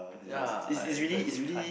ya like I legit can't